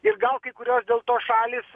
ir gal kai kurios dėl to šalys